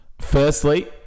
firstly